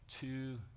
two